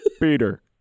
Peter